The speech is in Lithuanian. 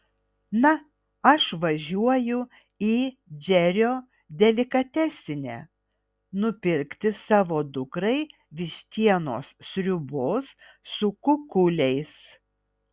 na aš važiuoju į džerio delikatesinę nupirkti savo dukrai vištienos sriubos su kukuliais